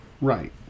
Right